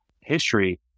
history